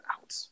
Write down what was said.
out